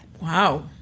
Wow